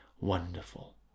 wonderful